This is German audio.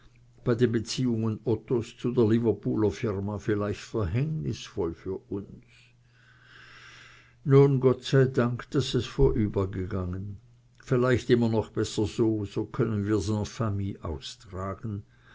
bei den beziehungen ottos zu der liverpooler firma vielleicht verhängnisvoll für uns nun gott sei dank daß es vorübergegangen vielleicht immer noch besser so so können wir's en famille austragen